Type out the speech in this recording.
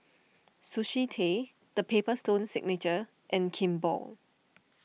Sushi Tei the Paper Stone Signature and Kimball